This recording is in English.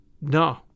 No